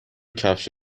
کفشت